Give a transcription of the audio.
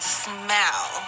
smell